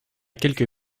quelque